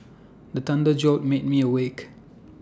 the thunder jolt make me awake